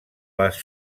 les